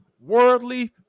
worldly